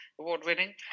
award-winning